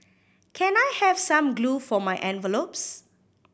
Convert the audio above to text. can I have some glue for my envelopes